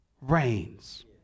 reigns